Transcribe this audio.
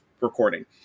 recording